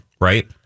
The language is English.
Right